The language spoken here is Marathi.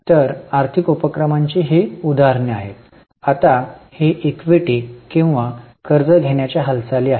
तर आर्थिक उपक्रमांची ही उदाहरणे आहेत आता ही इक्विटी किंवा कर्ज घेण्याच्या हालचाली आहेत